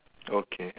okay